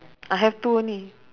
I have two only